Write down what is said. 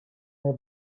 her